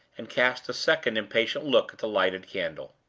and cast a second impatient look at the lighted candle.